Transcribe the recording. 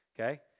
okay